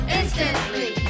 instantly